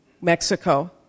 Mexico